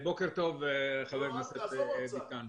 בוקר טוב, חבר הכנסת ביטן.